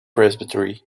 presbytery